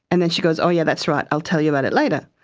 and then she goes, oh yeah, that's right, i'll tell you about it later.